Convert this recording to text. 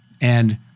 And-